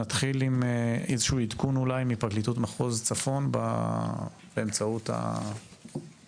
נתחיל עם איזשהו עדכון אולי מפרקליטות מחוז צפון באמצעות הזום.